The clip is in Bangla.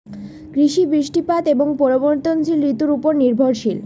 কৃষি বৃষ্টিপাত এবং পরিবর্তনশীল ঋতুর উপর নির্ভরশীল